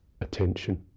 attention